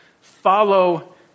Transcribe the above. follow